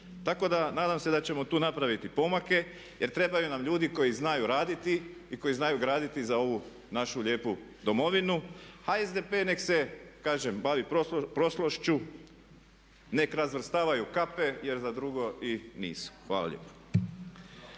Tako da nadam se da ćemo tu napraviti pomake jer trebaju nam ljudi koji znaju raditi i koji znaju graditi za ovu našu lijepu Domovinu. A SDP neka se kažem bavi prošlošću, neka razvrstavaju kape jer za drugo i nisu. Hvala lijepo.